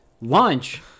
lunch